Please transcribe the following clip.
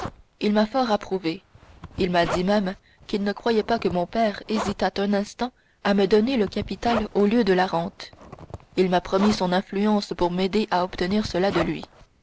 il m'a fort approuvé il m'a dit même qu'il ne croyait pas que mon père hésitât un instant à me donner le capital au lieu de la rente il m'a promis son influence pour m'aider à obtenir cela de lui